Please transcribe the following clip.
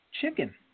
chicken